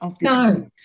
No